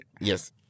Yes